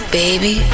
baby